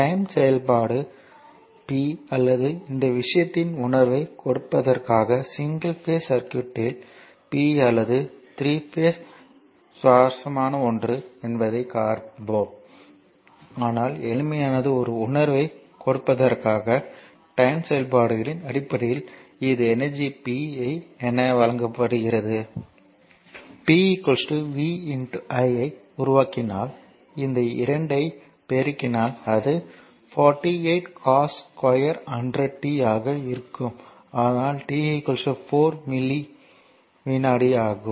time செயல்பாடு p அல்லது இந்த விஷயத்தின் உணர்வைக் கொடுப்பதற்காக சிங்கிள் பேஸ் சர்க்யூட்களில் p அல்லது 3 பேஸ் ம் சுவாரஸ்யமான ஒன்று என்பதைக் காண்போம் ஆனால் எளிமையானது ஒரு உணர்வைக் கொடுப்பதற்காக டைம் செயல்பாடுயின் அடிப்படையில் இது எனர்ஜி P என வழங்கப்படுகிறது P Vi ஐ உருவாக்கினால் இந்த 2 ஐ பெருக்கினால் அது 48 cos2 100 t ஆக இருக்கும் ஆனால் t 4 மில்லி விநாடி ஆகும்